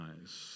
eyes